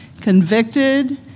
convicted